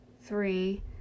three